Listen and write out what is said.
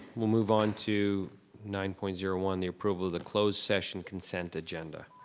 we'll move on to nine point zero one, the approval of the closed session consent agenda.